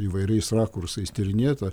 įvairiais rakursais tyrinėta